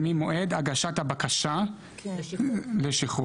ממועד הגשת הבקשה לשחרור.